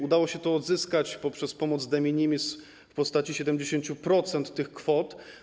Udało się to odzyskać poprzez pomoc de minimis, w postaci 70% tych kwot.